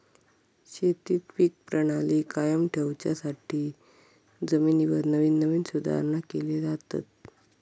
शेतीत पीक प्रणाली कायम ठेवच्यासाठी जमिनीवर नवीन नवीन सुधारणा केले जातत